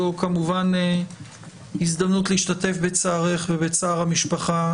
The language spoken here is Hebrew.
זו כמובן הזדמנות להשתתף בצערך ובצער המשפחה